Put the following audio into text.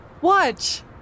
Watch